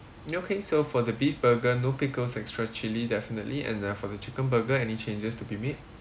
okay so for the beef burger no pickles extra chilli definitely and uh for the chicken burger any changes to be made